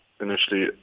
initially